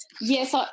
Yes